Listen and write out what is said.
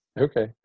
okay